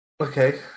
okay